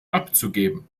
abzugeben